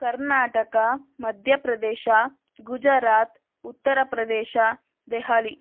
Karnataka Madhya Pradesh Gujarat Uttar Pradesh Delhi